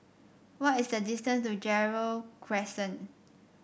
what is the distance to Gerald Crescent